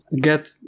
get